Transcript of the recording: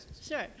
Sure